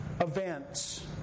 events